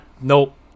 nope